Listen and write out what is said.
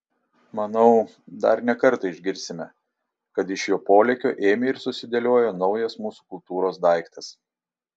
manau dar ne kartą išgirsime kad iš jo polėkio ėmė ir susidėliojo naujas mūsų kultūros daiktas